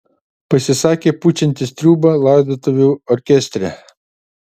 pasisakė pučiantis triūbą laidotuvių orkestre